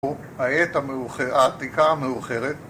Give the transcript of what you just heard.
העת המאוחרת העתיקה המאוחרת